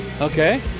Okay